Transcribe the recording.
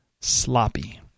sloppy